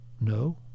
No